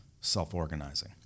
self-organizing